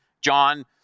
John